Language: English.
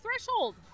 threshold